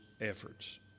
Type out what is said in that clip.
efforts